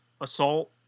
assault